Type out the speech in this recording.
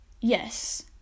Yes